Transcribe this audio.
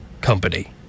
company